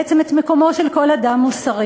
בעצם את מקומו של כל אדם מוסרי.